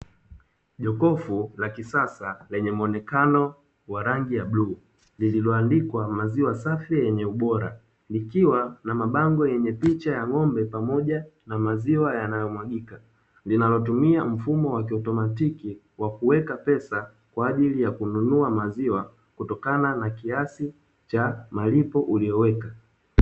Jokofu la kisasa lenye mwonekano wa rangi ya bluu, lililoandikwa "maziwa safi yenye ubora" likiwa na mabango yenye picha ya ng'ombe pamoja na maziwa yanayomwagika, linalotumia mfumo wa kiutomatiki wa kuweka pesa kwa ajili ya kununua maziwa, kutokana na kiasi cha malipo ulioweka.